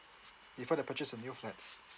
before they purchase a new flat